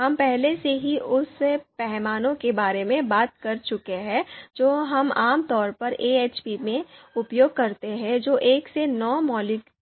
हम पहले से ही उस पैमाने के बारे में बात कर चुके हैं जो हम आमतौर पर एएचपी में उपयोग करते हैं जो 1 से 9 मौलिक पैमाने पर है